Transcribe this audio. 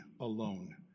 alone